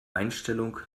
einstellung